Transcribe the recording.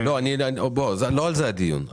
לא על זה הדיון.